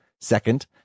Second